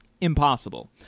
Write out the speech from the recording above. impossible